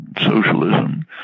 socialism